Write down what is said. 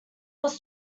was